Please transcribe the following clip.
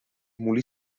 molí